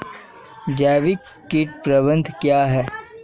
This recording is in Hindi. जैविक कीट प्रबंधन क्या है?